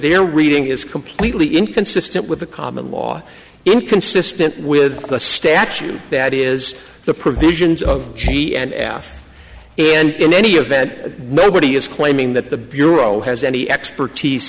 their reading is completely inconsistent with the common law inconsistent with the statute that is the provisions of cheney and af and in any event nobody is claiming that the bureau has any expertise